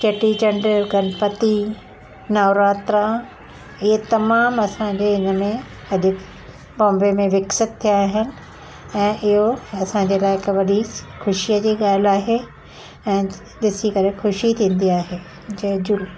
चेटी चंडु गणपती नवरात्रा इहे तमामु असांजे इन में अॼु बॉम्बे में विकसित थिया आहिनि ऐं इहो असांजे लाइ हिक वॾी ख़ुशीअ जी ॻाल्हि आहे ऐं ॾिसी करे ख़ुशी थींदी आहे जय झूले